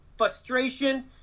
frustration